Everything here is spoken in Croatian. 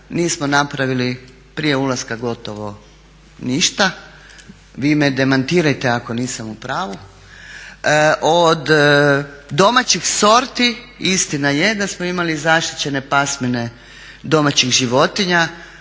nismo napravili prije ulaska gotovo ništa. Vi me demantirajte ako nisam u pravu. Od domaćih sorti istina je da smo imali zaštićene pasmine domaćih životinja